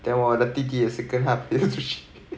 then 我的弟弟也是跟他也是出去